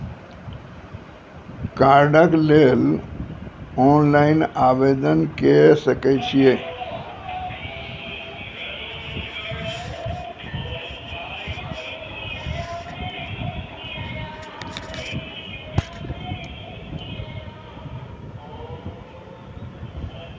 कार्डक लेल ऑनलाइन आवेदन के सकै छियै की?